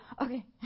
okay